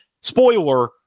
Spoiler